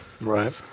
Right